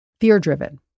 fear-driven